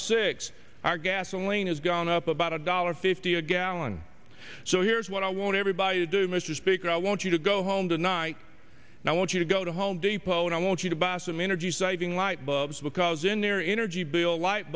six our gasoline has gone up about a dollar fifty a gallon so here is what i want every by you do mr speaker i want you to go home tonight and i want you to go to home depot and i want you to bassam energy saving light bulbs because in their energy bill light